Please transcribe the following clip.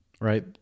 right